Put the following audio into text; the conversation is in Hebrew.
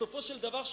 בסופו של דבר,